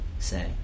Say